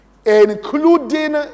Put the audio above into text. including